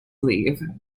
leave